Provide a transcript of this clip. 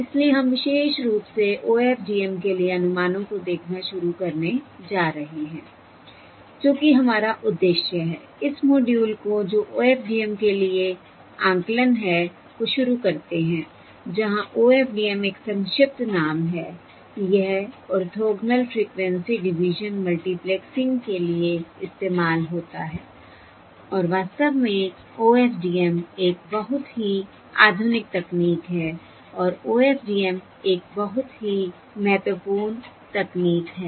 इसलिए हम विशेष रूप से OFDM के लिए अनुमानों को देखना शुरू करने जा रहे हैं जो कि हमारा उद्देश्य है इस मॉड्यूल को जो OFDM के लिए आकलन है को शुरू करते हैं जहां OFDM एक संक्षिप्त नाम हैI यह ओर्थोगोनल फ्रिक्वेंसी डिवीजन मल्टीप्लेक्सिंग के लिए इस्तेमाल होता है और वास्तव में OFDM एक बहुत ही आधुनिक तकनीक है और OFDM एक बहुत ही महत्वपूर्ण तकनीक है